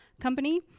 company